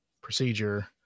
procedure